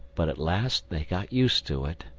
but at last they got used to it,